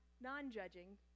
non-judging